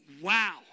Wow